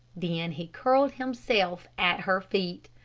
then he curled himself at her feet.